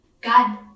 God